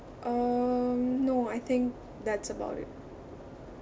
um no I think that's about it